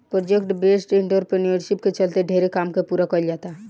project based entrepreneurship के चलते ढेरे काम के पूरा कईल जाता